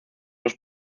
los